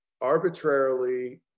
arbitrarily